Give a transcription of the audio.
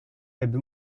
ebbe